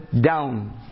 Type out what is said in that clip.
down